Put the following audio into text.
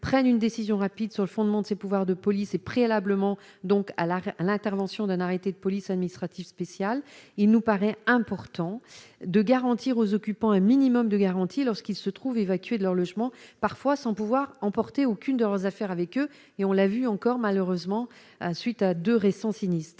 prenne une décision rapide sur le fondement de ses pouvoirs de police et préalablement donc à l'arrêt, l'intervention d'un arrêté de police administrative spéciale, il nous paraît important de garantir aux occupants un minimum de garanties lorsqu'ils se trouvent évacuées de leurs logements, parfois sans pouvoir emporter aucune leurs affaires avec eux et on l'a vu encore malheureusement suite à de récents sinistres,